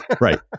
Right